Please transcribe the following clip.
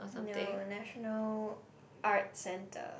no national art centre